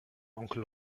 onkel